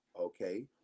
okay